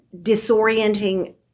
disorienting